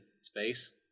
space